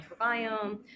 microbiome